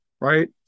right